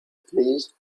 please